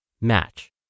match